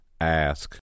Ask